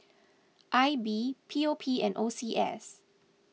I B P O P and O C S